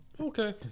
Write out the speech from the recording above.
Okay